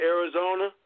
Arizona